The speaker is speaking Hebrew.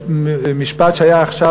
במשפט שהיה עכשיו,